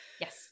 Yes